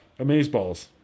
Amazeballs